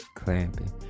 Clamping